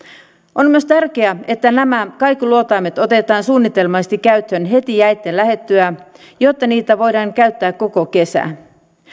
on myös tärkeää että nämä kaikuluotaimet otetaan suunnitelmallisesti käyttöön heti jäitten lähdettyä jotta niitä voidaan käyttää koko kesän